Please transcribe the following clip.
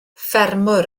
ffermwr